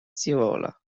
scivola